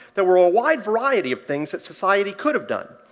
there were a wide variety of things that society could have done.